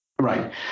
Right